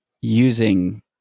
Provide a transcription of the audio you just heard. using